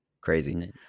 crazy